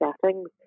settings